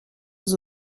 aux